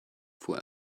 fuhr